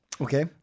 Okay